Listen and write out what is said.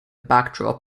backdrop